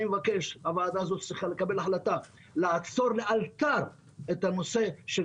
הוועדה הזאת צריכה לקבל החלטה לעצור לאלתר את הנושא של